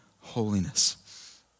holiness